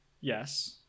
yes